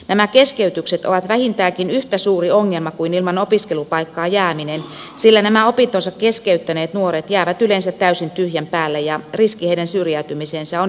nämä keskeytykset ovat vähintäänkin yhtä suuri ongelma kuin ilman opiskelupaikkaa jääminen sillä nämä opintonsa keskeyttäneet nuoret jäävät yleensä täysin tyhjän päälle ja riski heidän syrjäytymiseensä on erityisen suuri